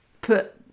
put